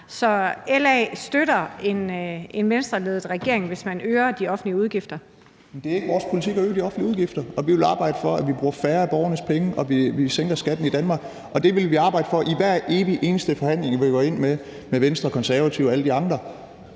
Så LA støtter en Venstreledet regering, hvis man øger de offentlige udgifter? Kl. 17:17 Alex Vanopslagh (LA): Jamen det er ikke vores politik at øge de offentlige udgifter, og vi vil arbejde for, at vi bruger færre af borgernes penge, og at vi sænker skatten i Danmark. Og det vil vi arbejde for i hver evig eneste forhandling, vi går ind i med Venstre, Konservative og alle de andre.